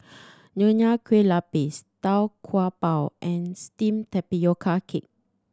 Nonya Kueh Lapis Tau Kwa Pau and steamed tapioca cake